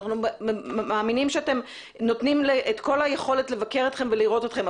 אנחנו מאמינים שאתם נותנים את כל היכולת לבקר אתכם ולראות אתכם,